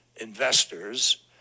investors